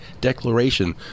declaration